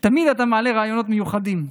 תמיד אתה מעלה רעיונות מיוחדים,